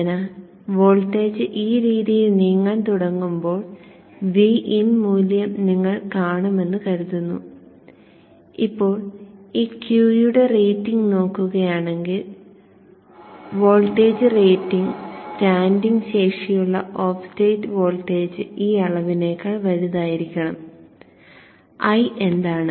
അതിനാൽ വോൾട്ടേജ് ഈ രീതിയിൽ നീങ്ങാൻ തുടങ്ങുമ്പോൾ Vin മൂല്യം നിങ്ങൾ കാണുമെന്ന് കരുതുന്നു ഇപ്പോൾ ഈ Q യുടെ റേറ്റിംഗ് നോക്കുകയാണെങ്കിൽ വോൾട്ടേജ് റേറ്റിംഗ് സ്റ്റാൻഡിംഗ് ശേഷിയുള്ള ഓഫ് സ്റ്റേറ്റ് വോൾട്ടേജ് ഈ അളവിനേക്കാൾ വലുതായിരിക്കണം I എന്താണ്